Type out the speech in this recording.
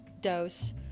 Dose